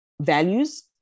Values